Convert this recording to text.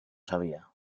sabia